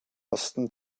osten